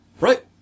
Right